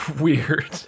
weird